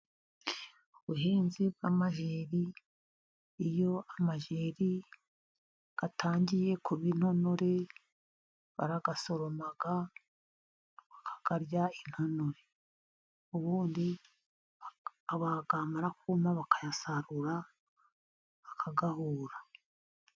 ubuhinzi bw'amajeri, iyo amajeri atangiye kuba intonore, baragasoroma bakarya intonore, ubundi yamara kuma bakayasarura bakayahura.